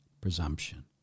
presumption